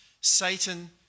Satan